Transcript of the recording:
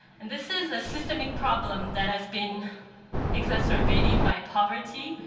and this is a systemic problem that has been exacerbated by poverty